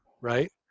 right